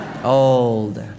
old